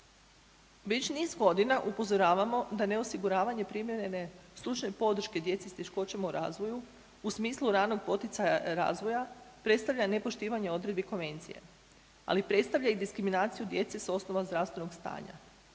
Već niz godina upozoravamo da neosiguravanje primjerene stručne podrške djeci s teškoćama u razvoju u smislu ranog poticaja razvoja predstavlja nepoštivanje odredbi konvencije, ali predstavlja i diskriminaciju djece s osnova zdravstvenog stanja.